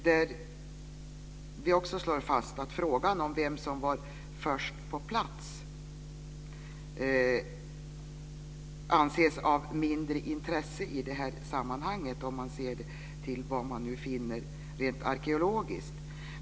Det slås fast att frågan om vem som var först på plats anses vara av mindre intresse, om man ser till vad som har kommit fram rent arkeologiskt.